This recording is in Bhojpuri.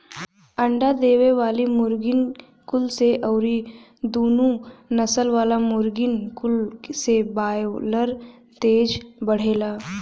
अंडा देवे वाली मुर्गीन कुल से अउरी दुनु नसल वाला मुर्गिन कुल से बायलर तेज बढ़ेला